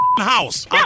house